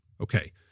Okay